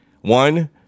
One